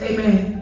Amen